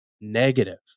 negative